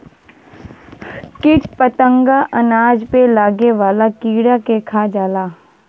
कीट फतंगा अनाज पे लागे वाला कीड़ा के खा जाला